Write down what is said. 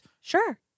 Sure